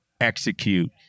execute